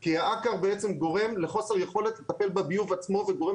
כי העכר בעצם גורם לחוסר יכולת לטפל בביוב עצמו וגורם